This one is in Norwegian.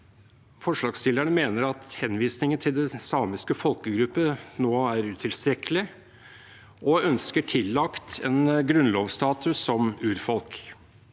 forslagsstillerne mener at henvisningen til den samiske folkegruppe nå er utilstrekkelig, og at de ønsker tillagt en grunnlovstatus som urfolk.